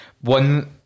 One